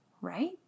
right